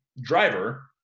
Driver